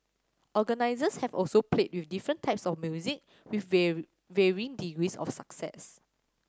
organizers have also played with different types of music with varying degrees of success